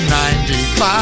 95